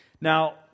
Now